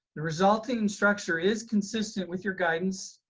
the resulting structure is consistent with your guidance,